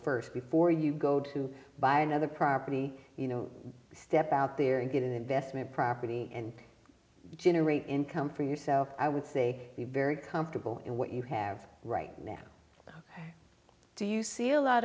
first before you go to buy another property you know step out there and get an investment property and generate income for yourself i would say be very comfortable in what you have right now do you see a lot